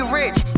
rich